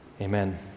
Amen